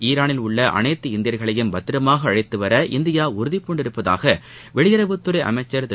ஈரானில் உள்ள அனைத்து இந்தியா்களையும் பத்திரமாக அழைத்துவர இந்தியா உறுதி பூண்டுள்ளதாக வெளியுறவுத்துறை அமைச்சர் திரு